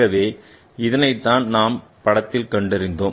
ஆகவே இதனைத் தான் படத்தில் நாம் கண்டறிந்தோம்